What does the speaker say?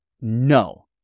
No